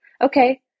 Okay